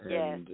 yes